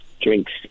Drinks